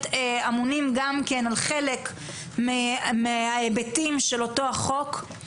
שאמונים גם כן על חלק מההיבטים של אותו החוק.